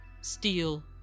Steel